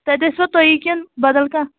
تتہِ ٲسوا تُہۍ کِنہٕ بدل کانٛہہ